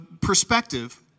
perspective